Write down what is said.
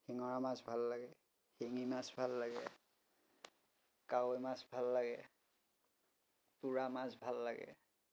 শিঙৰা মাছ ভাল লাগে শিঙি মাছ ভাল লাগে কাৱৈ মাছ ভাল লাগে তোৰা মাছ ভাল লাগে